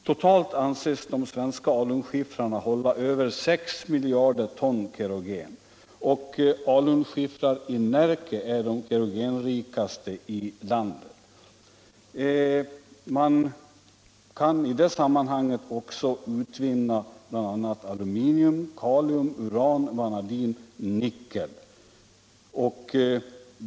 Totalt anses de svenska alunskiffrarna hålla över sex miljarder ton kerogen. Alunskiffrar i Närke är de kerogenrikaste i landet. Man kan i det sammanhanget också utvinna bl.a. aluminium, kalium, uran, vanadin och nickel.